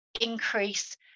increase